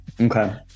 okay